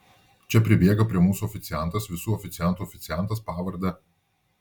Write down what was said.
čia pribėga prie mūsų oficiantas visų oficiantų oficiantas pavarde